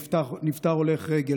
נפטר הולך רגל,